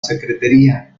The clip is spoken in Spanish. secretaría